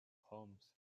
homes